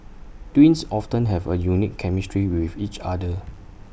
twins often have A unique chemistry with each other